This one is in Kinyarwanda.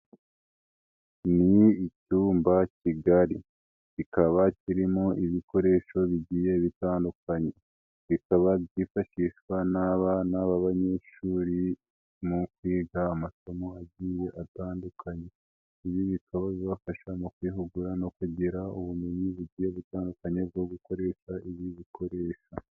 Ni icyumba kigari kikaba kirimo ibikoresho bigiye bitandukanye, bikaba byifashishwa n'abana b'abanyeshuri mu kwiga amasomo agiye atandukanye, ibi bikaba bibafasha mu kwihugura no kugira ubumenyi bugiye butandukanye bwo gukoresha ibi bikoresho.